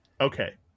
okay